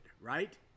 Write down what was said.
right